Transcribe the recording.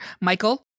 Michael